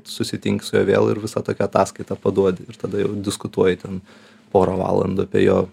susitiki su juo vėl ir visą tokią ataskaitą paduoti ir tada jau diskutuoji ten porą valandų apie jo